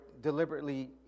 deliberately